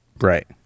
Right